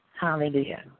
Hallelujah